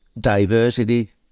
diversity